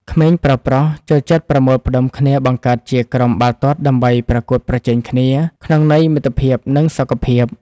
ក្មេងប្រុសៗចូលចិត្តប្រមូលផ្ដុំគ្នាបង្កើតជាក្រុមបាល់ទាត់ដើម្បីប្រកួតប្រជែងគ្នាក្នុងន័យមិត្តភាពនិងសុខភាព។